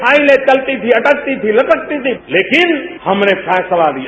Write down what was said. फाइले चलती थी अटकती थी लटकती थी लेकिन हमने फैसला लिया